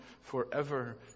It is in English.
forever